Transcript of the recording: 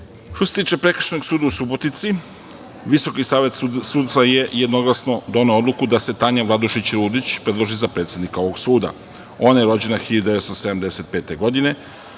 se tiče Prekršajnog suda u Subotici, Visoki savet sudstva je jednoglasno doneo odluku da se Tanja Vladušić Rudić predloži za predsednika ovog suda. Ona je rođena 1975. godine,